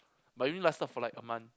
but we only lasted for like a month